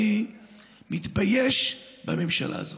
אני מתבייש בממשלה הזאת.